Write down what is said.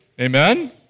Amen